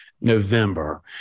November